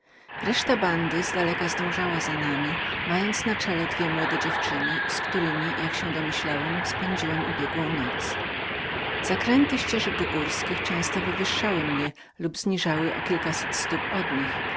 reszta bandy zdaleka zdążała za nami mając na czele dwie młode dziewczyny które o ile domyślałem się były przyczyną przerwania mego snu ostatniej nocy zakręty ścieżek często wywyższały mnie lub zniżały o kilkaset stóp od nich